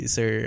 Sir